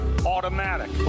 automatic